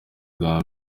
bwa